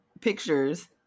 pictures